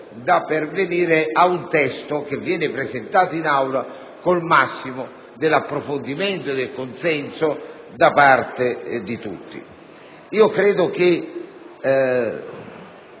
da pervenire ad un testo che viene presentato in Aula con il massimo dell'approfondimento e del consenso da parte di tutti. Credo che